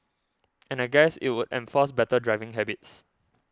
and I guess it would enforce better driving habits